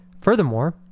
furthermore